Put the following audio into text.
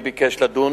2010):